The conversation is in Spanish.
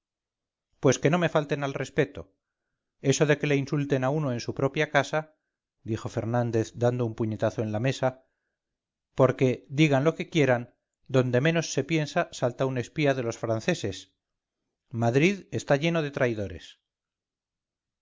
pues que no me falten al respeto eso de que le insulten a uno en su propia casa dijo fernández dando un puñetazo en la mesa porque digan lo que quieran donde menos se piensa salta un espía de los franceses madrid está lleno de traidores